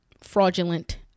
fraudulent